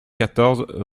quatorze